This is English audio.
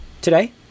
today